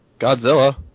Godzilla